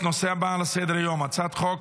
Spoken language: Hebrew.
נעבור לנושא הבא על סדר-היום: הצעת חוק